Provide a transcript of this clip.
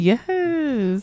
Yes